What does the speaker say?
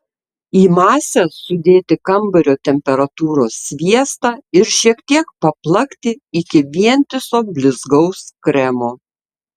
į masę sudėti kambario temperatūros sviestą ir šiek tiek paplakti iki vientiso blizgaus kremo